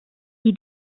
die